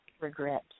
Regret